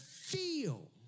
feel